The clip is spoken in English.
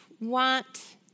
want